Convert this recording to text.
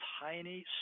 tiny